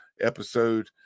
episode